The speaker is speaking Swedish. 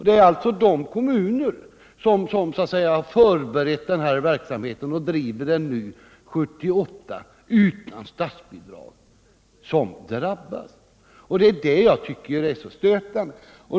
Det är alltså de kommuner som förberett och driver denna verksamhet nu 1978 utan statsbidrag som drabbas. Det är det jag tycker är så stötande.